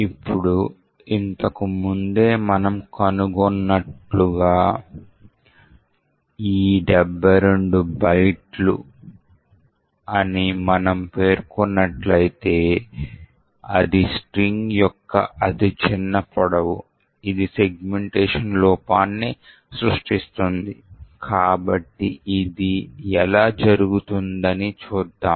ఇప్పుడు ఇంతకు ముందే మనము కనుగొన్నట్టు గా A 72 బైట్లు అని మనము పేర్కొన్నట్లయితే ఇది స్ట్రింగ్ యొక్క అతిచిన్న పొడవు ఇది సెగ్మెంటషన్ లోపాన్ని సృష్టిస్తుంది కాబట్టి ఇది ఎలా జరుగుతుందని చూద్దాం